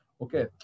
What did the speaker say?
Okay